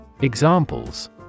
Examples